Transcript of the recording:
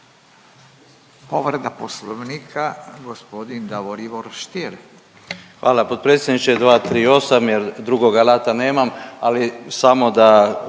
Hvala.